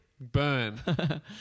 Burn